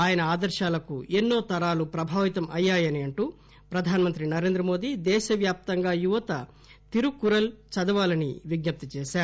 ఆయన ఆదర్భాలకు ఎన్నో తరాలు ప్రభావితం అయ్యాయని అంటూ ప్రధానమంత్రి నరేంద్రమోదీ దేశ వ్యాప్తంగా యువత తిరుక్కురల్ చదవాలని విజ్ఞప్తి చేశారు